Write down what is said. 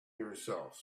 yourself